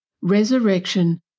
resurrection